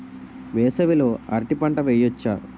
వేసవి లో అరటి పంట వెయ్యొచ్చా?